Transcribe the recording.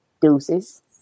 Deuces